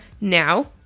now